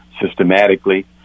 systematically